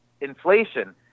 inflation